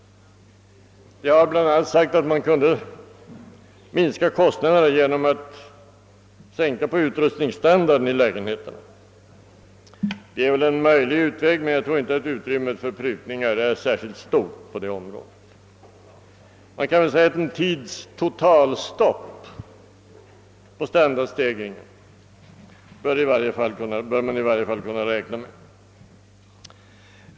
Jag har bl.a. sagt att man kunde minska kostnaderna genom att sänka utrustningsstandarden. Det är väl en möjlig utväg, men utrymmet för prutningar är inte särskilt stort på detta område. En tids totalstopp i fråga om standardstegringen bör vi i varje fall kunna räkna med.